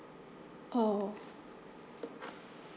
oh